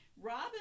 Robin